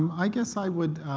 um i guess i would